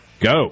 go